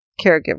caregiver